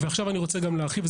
ועכשיו אני רוצה להרחיב.